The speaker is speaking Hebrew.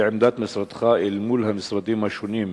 2. לעמדת משרדך אל מול המשרדים השונים,